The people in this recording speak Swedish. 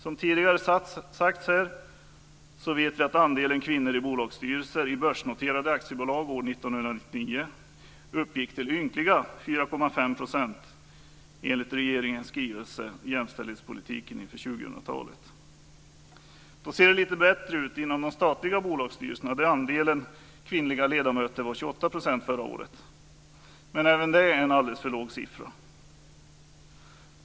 Som tidigare har sagts här vet vi att andelen kvinnor i bolagsstyrelser i börsnoterade aktiebolag år 1999 uppgick till ynkliga 4,5 % enligt regeringens skrivelse Jämställdhetspolitiken inför 2000-talet. Då ser det lite bättre ut inom de statliga bolagssstyrelserna, där andelen kvinnliga ledamöter var 28 % förra året, men även det är en alldeles för låg siffra.